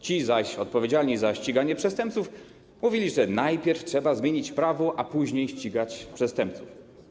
Ci zaś odpowiedzialni za ściganie przestępców mówili, że najpierw trzeba zmienić prawo, a później ścigać przestępców.